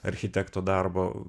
architekto darbo